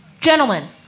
gentlemen